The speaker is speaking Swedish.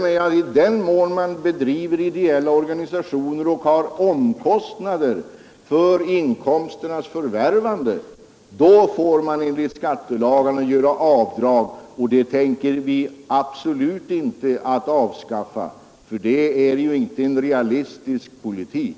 I den mån de ideella organisationerna har omkostnader för inkomsternas förvärvande så får de enligt skattelagarna göra avdrag, och det tänker vi inte avskaffa — det vore inte en realistisk politik.